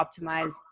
optimize